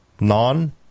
non